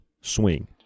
swing